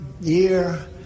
year